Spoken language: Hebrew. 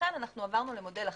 לכן עברנו למודל אחר,